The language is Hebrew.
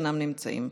אינם נמצאים.